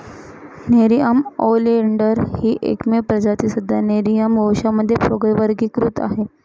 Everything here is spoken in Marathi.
नेरिअम ओलियंडर ही एकमेव प्रजाती सध्या नेरिअम वंशामध्ये वर्गीकृत आहे